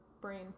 brain